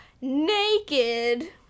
Naked